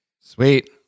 Sweet